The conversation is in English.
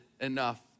enough